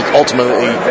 ultimately